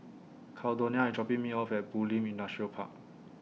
Caldonia IS dropping Me off At Bulim Industrial Park